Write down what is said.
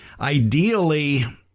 Ideally